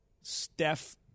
Steph